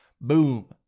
Boom